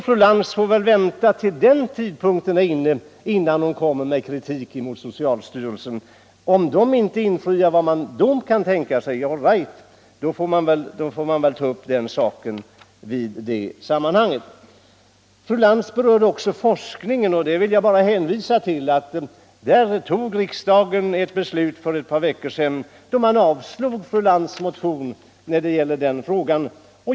Fru Lantz får väl vänta till dess innan hon kommer med kritik mot socialstyrelsen. Om förväntningarna inte infrias — all right, då får man väl ta upp saken i det sammanhanget. Fru Lantz berörde också forskningen, och där vill jag bara hänvisa till att riksdagen tog ett beslut för ett par veckor sedan då vi avslog fru Lantz” motion i den frågan.